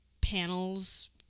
panels